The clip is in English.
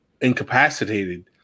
incapacitated